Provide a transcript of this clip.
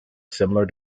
similar